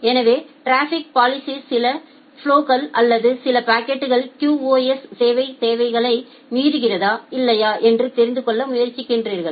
எனவே traffic policies சில flows அல்லது சில பாக்கெட்டுகள் QoS சேவை தேவைகளை மீறுகிறதா இல்லையா என்று தெரிந்துகொள்ள முயற்சிக்கிறது